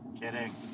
Kidding